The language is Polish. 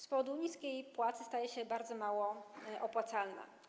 Z powodu niskiej płacy praca ta staje się bardzo mało opłacalna.